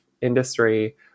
industry